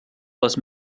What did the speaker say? les